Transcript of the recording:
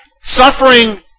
suffering